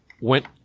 went